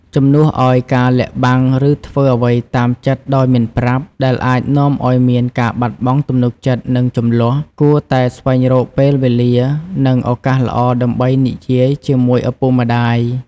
ជំនួសឲ្យការលាក់បាំង ឬធ្វើអ្វីតាមចិត្តដោយមិនប្រាប់ ដែលអាចនាំឲ្យមានការបាត់បង់ទំនុកចិត្ត និងជម្លោះ គួរតែស្វែងរកពេលវេលា និងឱកាសល្អដើម្បីនិយាយជាមួយឪពុកម្ដាយ។